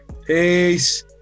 Peace